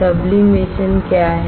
sublimation क्या है